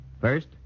First